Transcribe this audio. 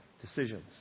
decisions